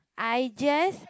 I just